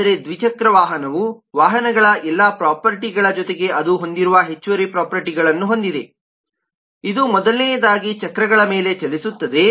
ಆದರೆ ದ್ವಿಚಕ್ರ ವಾಹನವು ವಾಹನಗಳ ಎಲ್ಲಾ ಪ್ರೊಪರ್ಟಿಗಳ ಜೊತೆಗೆ ಅದು ಹೊಂದಿರುವ ಹೆಚ್ಚುವರಿ ಪ್ರೊಪರ್ಟಿಗಳನ್ನು ಹೊಂದಿದೆ ಇದು ಮೊದಲನೆಯದಾಗಿ ಚಕ್ರಗಳ ಮೇಲೆ ಚಲಿಸುತ್ತದೆ